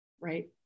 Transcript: Right